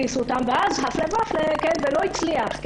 הפלא ופלא, זה לא הצליח.